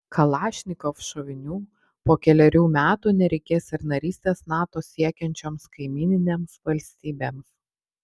kalašnikov šovinių po kelerių metų nereikės ir narystės nato siekiančioms kaimyninėms valstybėms